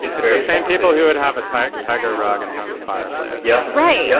it's the very same people who would have attacked tiger rogge in front of a fireplace yeah, right. yeah,